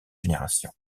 génération